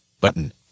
Button